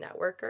networker